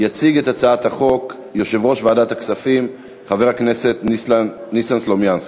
יציג את הצעת החוק יושב-ראש ועדת הכספים חבר הכנסת ניסן סלומינסקי.